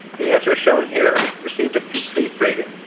the answers shown here received a complete rating.